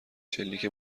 شلیک